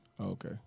Okay